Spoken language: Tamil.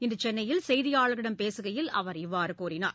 இன்று சென்னையில் செய்தியாளர்களிடம் பேசுகையில் அவர் இவ்வாறு கூறினார்